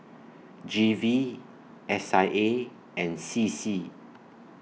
G V S I A and C C